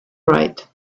right